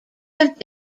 have